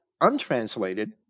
untranslated